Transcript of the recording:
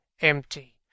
empty